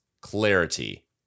clarity